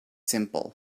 simple